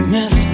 Miss